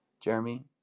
Jeremy